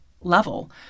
level